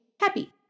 happy